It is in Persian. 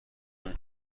اون